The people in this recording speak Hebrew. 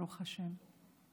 ברוך השם.